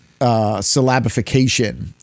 syllabification